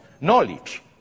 knowledge